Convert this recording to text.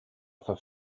offer